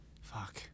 Fuck